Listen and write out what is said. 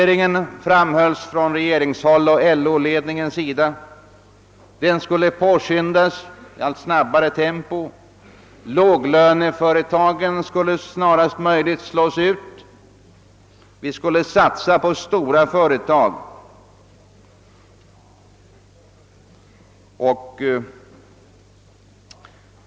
Det framhölls från regeringshåll och från LO-ledningens sida att strukturrationaliseringen skulle påskyndas, låglöneföretagen skulle snarast möjligt slås ut och vi skulle satsa på stora företag.